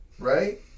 Right